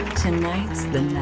tonight's the